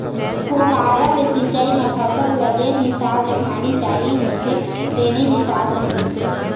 फुहारा ले सिंचई म फसल ल जेन हिसाब ले पानी चाही होथे तेने हिसाब ले मिलथे